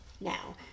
Now